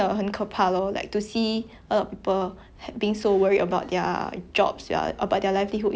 I mean especially like if you are looking for job now then it's very hard ya